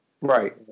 Right